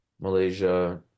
Malaysia